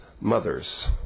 mothers